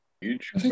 Huge